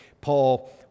Paul